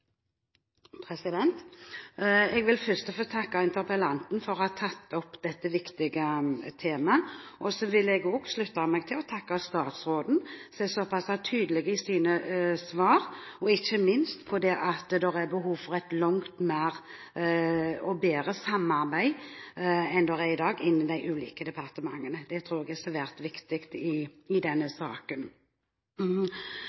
Jeg vil først takke interpellanten for å ha tatt opp dette viktige temaet. Jeg vil også slutte meg til takken til statsråden, som er såpass tydelig i sine svar, ikke minst om at det er behov for et langt bedre samarbeid mellom de ulike departementene enn det er i dag. Det tror jeg er svært viktig i denne saken, som dreier seg om rettssikkerheten til unger i